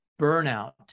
burnout